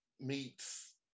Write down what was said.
meets